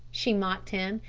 she mocked him.